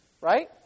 Right